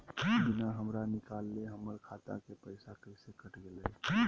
बिना हमरा निकालले, हमर खाता से पैसा कैसे कट गेलई?